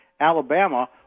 Alabama